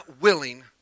willing